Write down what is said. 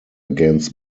against